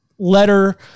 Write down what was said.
letter